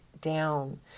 down